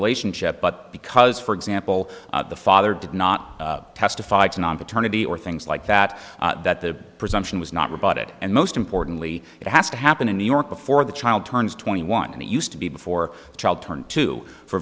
relationship but because for example the father did not testify to non paternity or things like that that the presumption was not rebutted and most importantly it has to happen in new york before the child turns twenty one and it used to be before the child turned to for